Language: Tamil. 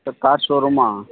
sir car ஷோரூம்மா